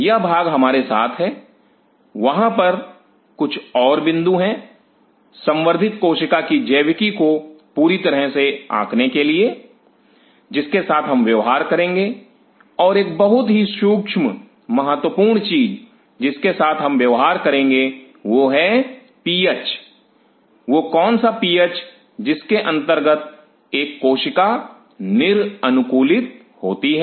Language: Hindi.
यह भाग हमारे साथ है वहां पर कुछ और बिंदु है संवर्धित कोशिका की जैविकी को पूरी तरह से आंकने के लिए जिसके साथ हम व्यवहार करेंगे और एक बहुत ही सूक्ष्म महत्वपूर्ण चीज जिसके साथ हम व्यवहार करेंगे वह है पीएच वह कौन सा पीएच जिसके अंतर्गत एक कोशिका निर अनुकूलित होती है